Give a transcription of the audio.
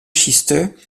schisteux